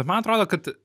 man atrodo kad